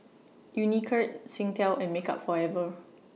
Unicurd Singtel and Makeup Forever